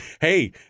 Hey